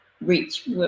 reach